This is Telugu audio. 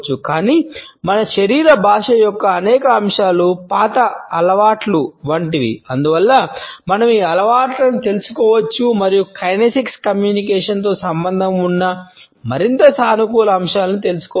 కానీ మన శరీర భాష యొక్క అనేక అంశాలు పాత అలవాట్ల వంటివి అందువల్ల మనం ఈ అలవాట్లను తెలుసుకోవచ్చు మరియు కైనెసిక్స్ కమ్యూనికేషన్ తో సంబంధం ఉన్న మరింత సానుకూల అంశాలను తెలుసుకోవచ్చు